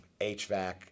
HVAC